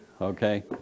Okay